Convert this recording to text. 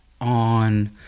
on